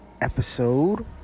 episode